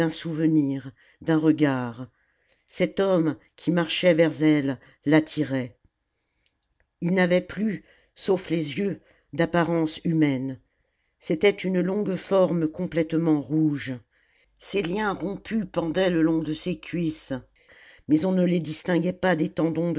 souvenir d'un regard cet homme qui marchait vers elle l'attirait ii n'avait plus sauf les yeux d'apparence humaine c'était une longue forme complètement rouge ses liens rompus pendaient le long de ses cuisses mais on ne les distinguait pas des tendons